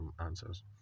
answers